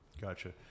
Gotcha